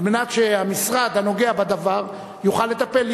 על מנת שהמשרד הנוגע בדבר יוכל לטפל.